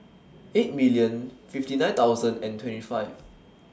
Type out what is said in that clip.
eight million fifty nine thousand and twenty five